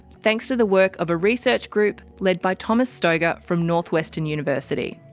thanks to the work of a research group led by thomas stoeger from northwestern university.